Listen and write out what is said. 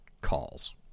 calls